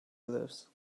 lives